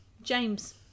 James